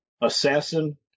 Assassin